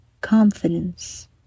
confidence